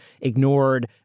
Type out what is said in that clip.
ignored